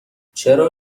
چرا